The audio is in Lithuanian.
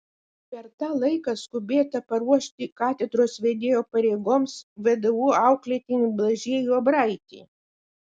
per tą laiką skubėta paruošti katedros vedėjo pareigoms vdu auklėtinį blažiejų abraitį